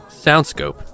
SoundScope